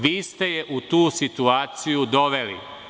Vi ste je u tu situaciju doveli.